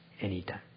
anytime